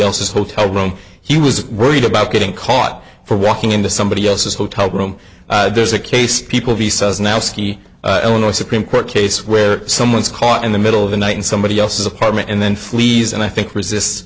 else's hotel room he was worried about getting caught for walking into somebody else's hotel room there's a case people he says now ski illinois supreme court case where someone is caught in the middle of the night in somebody else's apartment and then flees and i think resist